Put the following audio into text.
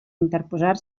interposar